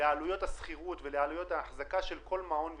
לעלויות השכירות ולעלויות האחזקה של כל מעון ומעון.